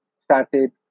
started